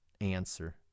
answer